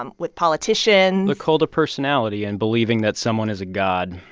um with politicians the cult of personality and believing that someone is a god.